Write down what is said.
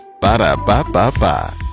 Ba-da-ba-ba-ba